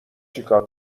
چیکار